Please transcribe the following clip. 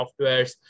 softwares